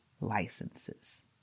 licenses